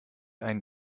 einen